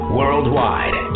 worldwide